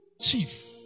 chief